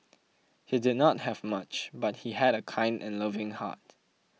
he did not have much but he had a kind and loving heart